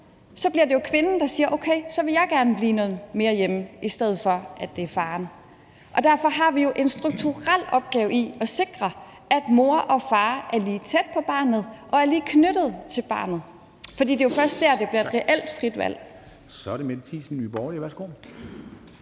så bliver det jo kvinden, der siger, at okay, så vil jeg gerne blive noget mere hjemme, i stedet for at det er faren. Derfor har vi jo en strukturel opgave i at sikre, at mor og far er lige tæt på barnet og er lige knyttede til barnet, for det er først der, det bliver et reelt frit valg. Kl. 11:20 Formanden (Henrik Dam